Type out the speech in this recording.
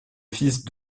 fils